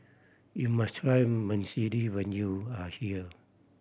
you must try Vermicelli when you are here